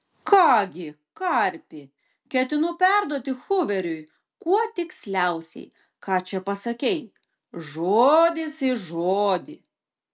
ką gi karpi ketinu perduoti huveriui kuo tiksliausiai ką čia pasakei žodis į žodį